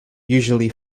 usually